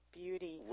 beauty